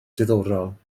diddorol